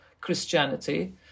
Christianity